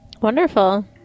Wonderful